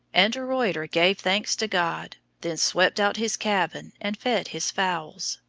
and de ruyter gave thanks to god, then swept out his cabin and fed his fowls,